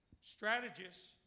Strategists